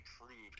improved